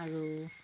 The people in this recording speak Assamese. আৰু